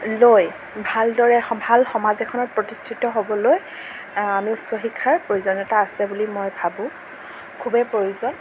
লৈ ভালদৰে ভাল সমাজ এখনত প্ৰতিষ্ঠিত হ'বলৈ আমি উচ্চ শিক্ষাৰ প্ৰয়োজনীয়তা আছে বুলি মই ভাবোঁ খুবেই প্ৰয়োজন